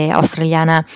australiana